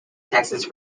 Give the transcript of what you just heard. texas